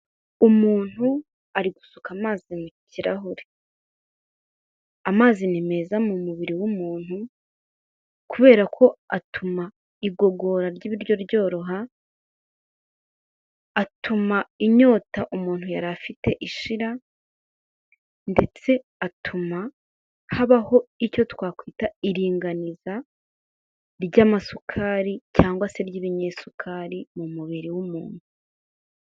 Umuntu ari gusuka amazi mu kirahure, amazi ni meza mu mubiri w'umuntu kubera ko atuma igogora ry'ibiryo ryoroha, atuma inyota umuntu yari afite ishira ndetse atuma habaho icyo twakwita iringaniza ry'amasukari cyangwa se ry'ibinyesukari mu mubiri w'umuntu.